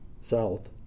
south